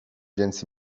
więc